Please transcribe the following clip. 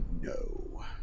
no